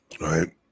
Right